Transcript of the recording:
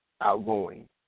Outgoing